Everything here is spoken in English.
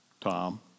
Tom